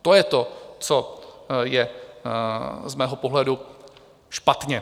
To je to, co je z mého pohledu špatně.